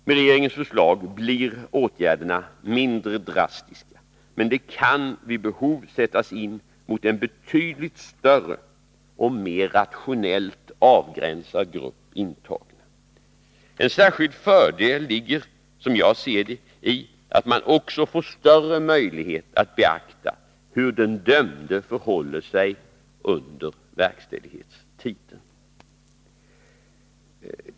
Med regeringens förslag blir åtgärderna mindre drastiska, men de kan vid behov sättas in mot en betydligt större och mer rationellt avgränsad grupp av intagna. En särskild fördel ligger, som jag ser det, i att man också får större möjlighet att beakta hur den dömde förhåller sig under verkställighetstiden.